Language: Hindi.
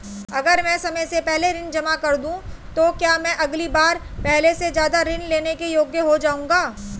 अगर मैं समय से पहले ऋण जमा कर दूं तो क्या मैं अगली बार पहले से ज़्यादा ऋण लेने के योग्य हो जाऊँगा?